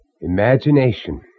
Imagination